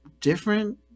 different